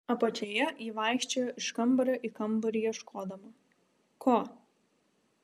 apačioje ji vaikščiojo iš kambario į kambarį ieškodama ko